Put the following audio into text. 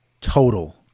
total